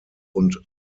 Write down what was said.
und